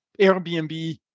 Airbnb